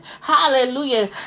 Hallelujah